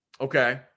Okay